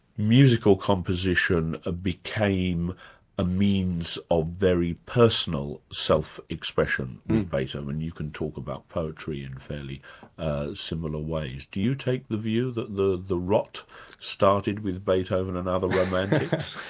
musical composition ah became a means of very personal self-expression with beethoven. you can talk about poetry in fairly similar ways. do you take the view that the the rot started with beethoven and other romantics?